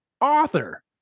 author